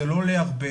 זה לא עולה הרבה.